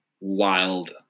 wild